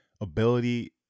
ability